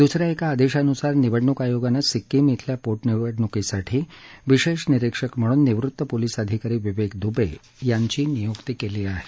दुसऱ्या एका आदेशानुसार निवडणूक आयोगानं सिक्कीम खिल्या पोटनिवडणूकीसाठी विशेष निरीक्षक म्हणून निवृत्त पोलीस अधिकारी विवेक दुबे यांची नियुक्ती केली आहे